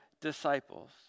disciples